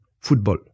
Football